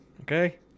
okay